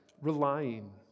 relying